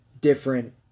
different